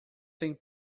tem